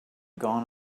gone